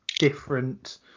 different